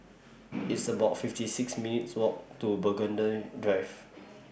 It's about fifty six minutes' Walk to Burgundy Drive